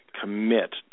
commit